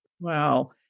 Wow